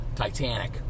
Titanic